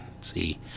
See